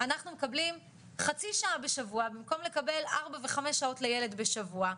'אנחנו מקבלים חצי שעה בשבוע במקום לקבל ארבע וחמש שעות לילד בשבוע,